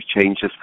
changes